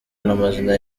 n’amazina